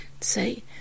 Say